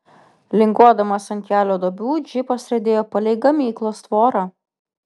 linguodamas ant kelio duobių džipas riedėjo palei gamyklos tvorą